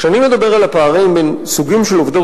כשאני מדבר על הפערים בין סוגים של עובדות